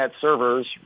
servers